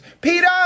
Peter